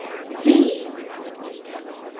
vee! said miss stanley,